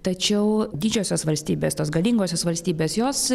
tačiau didžiosios valstybės tos galingosios valstybės jos